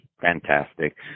Fantastic